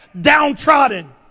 downtrodden